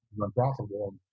unprofitable